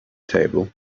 table